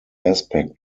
aspect